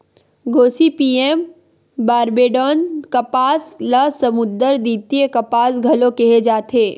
Gossypium barbadense कपास ल समुद्दर द्वितीय कपास घलो केहे जाथे